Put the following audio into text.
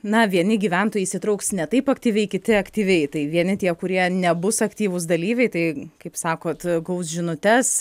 na vieni gyventojai įsitrauks ne taip aktyviai kiti aktyviai tai vieni tie kurie nebus aktyvūs dalyviai tai kaip sakot gaus žinutes